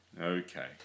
Okay